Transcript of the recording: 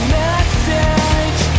message